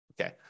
Okay